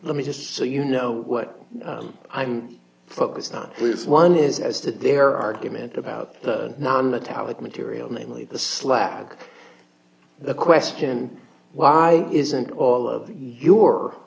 let me just so you know what i'm focused on this one is as to their argument about the nonmetallic material namely the slag the question why isn't all of your